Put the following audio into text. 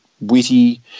witty